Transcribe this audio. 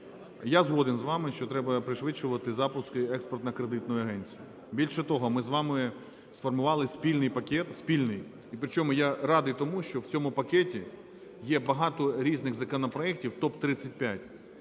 Я згоден з вами, що треба пришвидшувати запуск "Експортно-кредитної агенції". Більше того, ми з вами сформували спільний пакет, спільний. І при чому, я радий тому, що в цьому пакеті є багато різних законопроектів, ТОП-35,